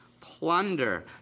plunder